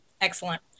Excellent